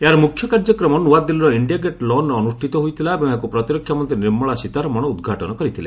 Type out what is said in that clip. ଏହାର ମୁଖ୍ୟ କାର୍ଯ୍ୟକ୍ରମ ନୂଆଦିଲ୍ଲୀର ଇଣ୍ଡିଆ ଗେଟ୍ ଲନ୍ରେ ଅନୁଷ୍ଠିତ ହୋଇଥିଲା ଏବଂ ଏହାକୁ ପ୍ରତିରକ୍ଷା ମନ୍ତ୍ରୀ ନିର୍ମଳା ସୀତାରମଣ ଉଦ୍ଘାଟନ କରିଥିଲେ